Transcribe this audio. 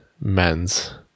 men's